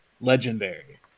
legendary